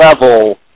level